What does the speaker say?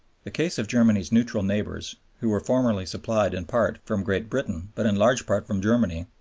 the case of germany's neutral neighbors, who were formerly supplied in part from great britain but in large part from germany,